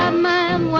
um man